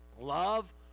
Love